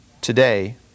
today